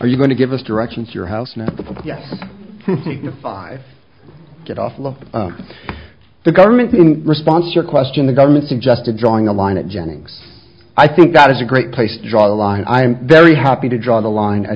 are you going to give us directions your house no five get off the government response your question the government suggested drawing a line at jennings i think that is a great place to draw the line i am very happy to draw the line